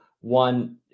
one